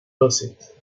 basit